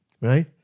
Right